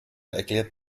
erklärt